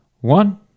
one